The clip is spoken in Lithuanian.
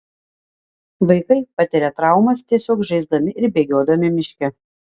vaikai patiria traumas tiesiog žaisdami ir bėgiodami miške